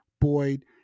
Boyd